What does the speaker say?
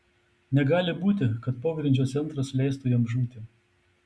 negali būti kad pogrindžio centras leistų jam žūti